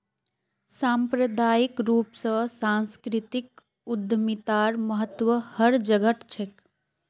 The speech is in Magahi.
सांप्रदायिक रूप स सांस्कृतिक उद्यमितार महत्व हर जघट छेक